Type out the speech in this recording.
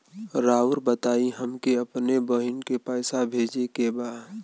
राउर बताई हमके अपने बहिन के पैसा भेजे के बा?